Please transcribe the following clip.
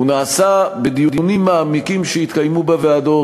הוא נעשה בדיונים מעמיקים שהתקיימו בוועדות,